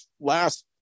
last